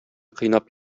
кыйнап